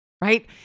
right